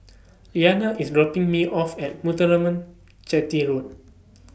Liana IS dropping Me off At Muthuraman Chetty Road